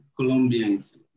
Colombians